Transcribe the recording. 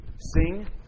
sing